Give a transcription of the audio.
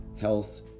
health